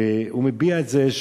והוא מביע את זה,